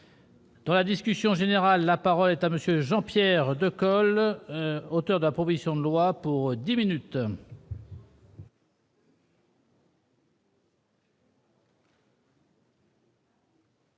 Dans la discussion générale, la parole est à M. Jean-Pierre Decool, auteur de la proposition de loi. Monsieur